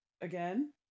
again